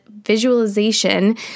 visualization